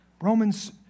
Romans